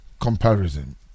comparison